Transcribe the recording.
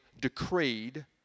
decreed